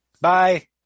Bye